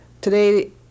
Today